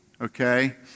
okay